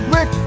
Rick